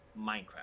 Minecraft